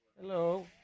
Hello